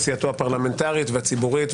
עשייתו הפרלמנטרית והציבורית,